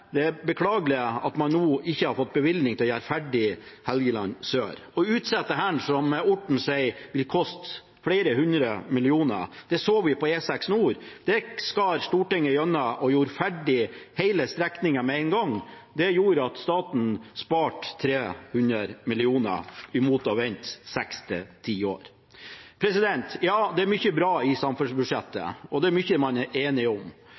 det er beklagelig at man nå ikke har fått bevilgning til å gjøre ferdig Helgeland sør. Å utsette dette vil, som representanten Orten sier, koste flere hundre millioner kroner. Det så vi på E6 nord, der skar Stortinget gjennom og gjorde ferdig hele strekningen med en gang. Det gjorde at staten sparte flere hundre millioner kroner mot å vente i seks–ti år. Ja, det er mye bra i samferdselsbudsjettet, og det er mye man er enig om.